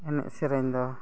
ᱮᱱᱮᱡᱼᱥᱮᱨᱮᱧ ᱫᱚ